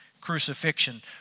crucifixion